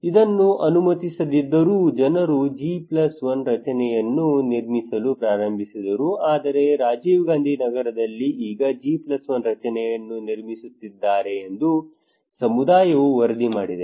ಇದನ್ನು ಅನುಮತಿಸದಿದ್ದರೂ ಜನರು G1 ರಚನೆಯನ್ನು ನಿರ್ಮಿಸಲು ಪ್ರಾರಂಭಿಸಿದರು ಆದರೆ ರಾಜೀವ್ ಗಾಂಧಿ ನಗರದಲ್ಲಿ ಈಗ G1 ರಚನೆಯನ್ನು ನಿರ್ಮಿಸುತ್ತಿದ್ದಾರೆ ಎಂದು ಸಮುದಾಯವು ವರದಿ ಮಾಡಿದೆ